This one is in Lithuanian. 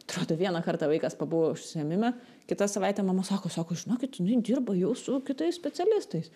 atrodo vieną kartą vaikas pabuvo užsiėmime kitą savaitę mama sako sako žinokit jinai dirba jau su kitais specialistais